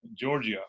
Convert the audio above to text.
Georgia